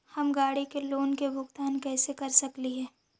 हम गाड़ी के लोन के भुगतान कैसे कर सकली हे?